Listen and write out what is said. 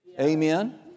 Amen